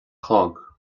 chlog